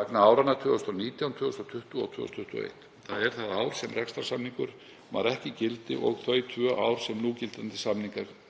vegna áranna 2019, 2020 og 2021, þ.e. það ár sem rekstrarsamningur var ekki í gildi og þau tvö ár sem núgildandi samningur